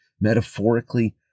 metaphorically